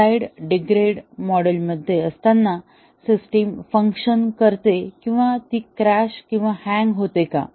slight degraded मोडमध्ये असतानाही system function करते किंवा ती क्रॅश किंवा हँग होते का